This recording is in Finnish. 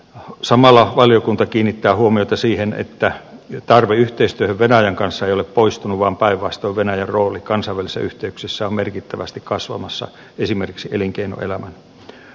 samalla valiokunta kiinnittää huomiota siihen että tarve yhteistyöhön venäjän kanssa ei ole poistunut vaan päinvastoin venäjän rooli kansainvälisissä yhteyksissä on merkittävästi kasvamassa esimerkiksi elinkeinoelämän osalta